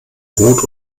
rot